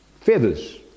feathers